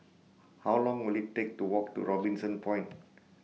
How Long Will IT Take to Walk to Robinson Point